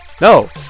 No